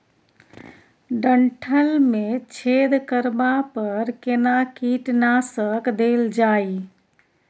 डंठल मे छेद करबा पर केना कीटनासक देल जाय?